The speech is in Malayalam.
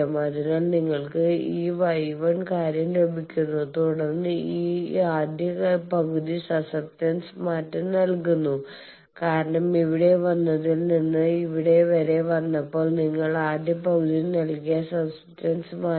അതിനാൽ നിങ്ങൾക്ക് ഈ Y 1 കാര്യം ലഭിക്കുന്നു തുടർന്ന് ഈ ആദ്യ പകുതി സസ്സെപ്റ്റൻസ് മാറ്റം നൽകുന്നു കാരണം ഇവിടെ വന്നതിൽ നിന്ന് ഇവിടെ വരെ വന്നപ്പോൾ നിങ്ങൾ ആദ്യ പകുതി നൽകിയ സസ്സെപ്റ്റൻസ് മാറ്റി